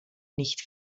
nicht